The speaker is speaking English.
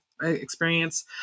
experience